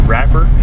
rapper